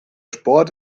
sport